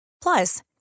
plus